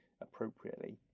appropriately